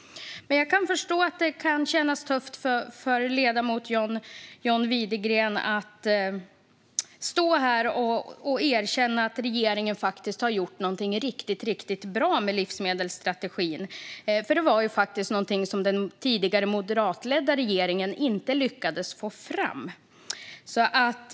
Men jag kan förstå att det kan kännas tufft för ledamoten John Widegren att erkänna att regeringen faktiskt har gjort något riktigt bra med livsmedelsstrategin. Det var ju något som den tidigare, moderatledda regeringen inte lyckades få fram.